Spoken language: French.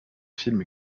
films